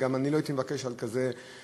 ואני גם לא הייתי מבקש כזו כותרת,